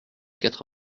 quatre